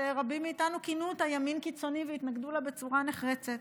שרבים מאיתנו כינו אותה ימין קיצוני והתנגדו לה בצורה נחרצת.